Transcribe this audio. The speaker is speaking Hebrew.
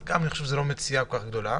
זה לא מציאה גדול.